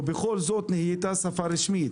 ובכל זאת היא נהייתה שפה רשמית.